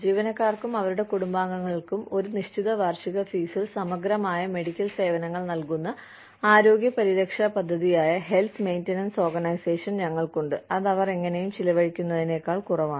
ജീവനക്കാർക്കും അവരുടെ കുടുംബങ്ങൾക്കും ഒരു നിശ്ചിത വാർഷിക ഫീസിൽ സമഗ്രമായ മെഡിക്കൽ സേവനങ്ങൾ നൽകുന്ന ആരോഗ്യ പരിരക്ഷാ പദ്ധതിയായ ഹെൽത്ത് മെയിന്റനൻസ് ഓർഗനൈസേഷൻ ഞങ്ങൾക്കുണ്ട് അത് അവർ എങ്ങനെയും ചെലവഴിക്കുന്നതിനേക്കാൾ കുറവാണ്